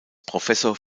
professor